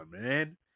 man